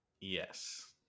Yes